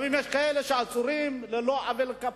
אם יש כאלה שעצורים על לא עוול בכפם,